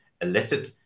illicit